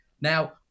Now